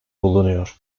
bulunuyor